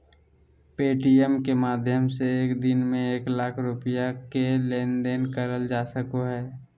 Paytm के माध्यम से एक दिन में एक लाख रुपया के लेन देन करल जा सको हय